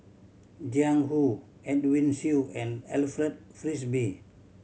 Jiang Hu Edwin Siew and Alfred Frisby